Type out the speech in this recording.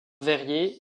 verrier